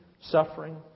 suffering